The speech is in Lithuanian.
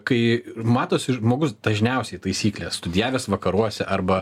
kai matosi žmogus dažniausiai taisyklė studijavęs vakaruose arba